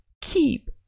keep